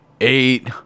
Eight